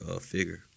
figure